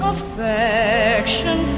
Affection